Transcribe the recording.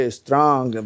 strong